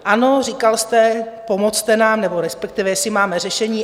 Ano, říkal jste: Pomozte nám, nebo respektive jestli máme řešení.